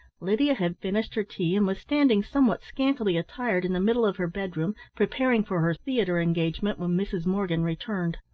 lydia had finished her tea and was standing somewhat scantily attired in the middle of her bedroom, preparing for her theatre engagement, when mrs. morgan returned.